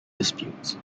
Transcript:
disputes